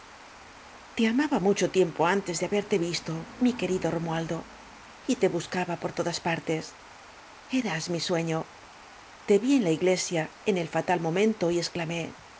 te amaba mucho tiempo antes de haberte visto mi querido romualdo y te buscaba por todas partes eras mi sueno te vi eo la iglesia en el tatal momento y exclamé